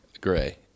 Gray